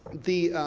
the,